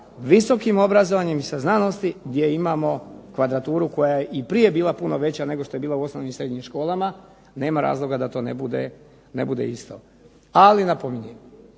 visokim obrazovanjem i sa znanosti gdje imamo kvadraturu koja je i prije bila puno veća nego što je bila u osnovnim i srednjim školama, nema razloga da to ne bude isto. Ali napominjem,